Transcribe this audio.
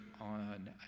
on